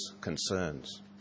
concerns